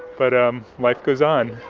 but, um, life goes on.